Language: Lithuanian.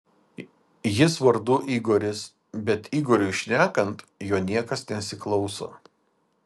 jis vardu igoris bet igoriui šnekant jo niekas nesiklauso